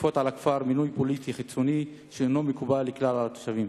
לכפות על הכפר מינוי פוליטי חיצוני שאינו מקובל על כלל התושבים.